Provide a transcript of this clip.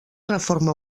reforma